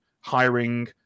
hiring